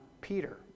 Peter